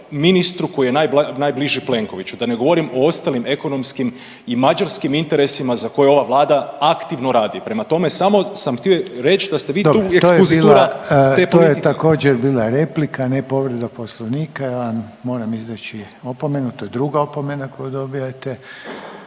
ministru koji je najbliži Plenkoviću, da ne govorim o ostalim ekonomskim i mađarskim interesima za koje ova vlada aktivno radi. Prema tome, samo sam htio reć da ste vi tu uvijek spuzitura te politike. **Reiner, Željko (HDZ)** Dobro, to je bila, to je također bila replika ne povreda poslovnika. Ja vam moram izreći opomenu, to je druga opomena koju dobijate,